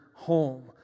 home